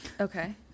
Okay